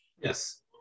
Yes